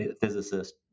physicist